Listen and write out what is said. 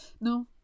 No